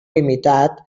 limitat